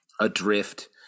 adrift –